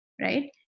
right